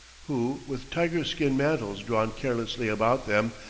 who, with tiger-skin mantles drawn carelessly about them,